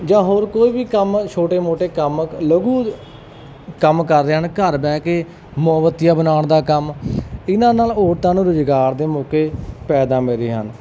ਜਾਂ ਹੋਰ ਕੋਈ ਵੀ ਕੰਮ ਛੋਟੇ ਮੋਟੇ ਕੰਮ ਲਘੂ ਕੰਮ ਕਰ ਰਹੇ ਹਨ ਘਰ ਬਹਿ ਕੇ ਮੋਮਬੱਤੀਆਂ ਬਣਾਉਣ ਦਾ ਕੰਮ ਇਹਨਾਂ ਨਾਲ ਔਰਤਾਂ ਨੂੰ ਰੁਜ਼ਗਾਰ ਦੇ ਮੌਕੇ ਪੈਦਾ ਹਨ